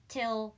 Till